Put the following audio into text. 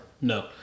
No